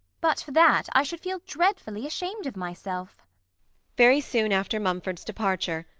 but for that, i should feel dreadfully ashamed of myself very soon after mumford's departure,